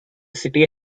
city